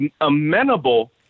amenable